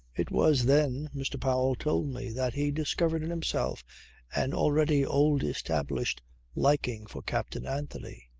it was then, mr. powell told me, that he discovered in himself an already old-established liking for captain anthony.